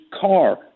car